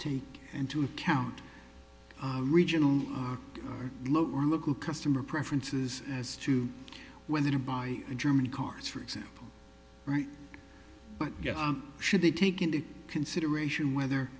take into account regional or local customer preferences as to whether to buy a german cars for example right but should they take into consideration whether